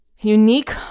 unique